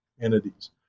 entities